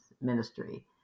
ministry